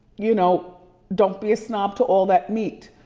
you know don't be a snob to all that meat.